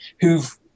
who've